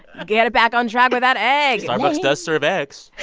ah get it back on track with that egg starbucks does serve eggs